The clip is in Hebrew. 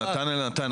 נתן אלנתן,